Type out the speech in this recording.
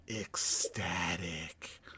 ecstatic